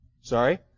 Sorry